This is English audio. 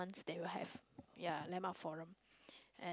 once they will have ya landmark forum and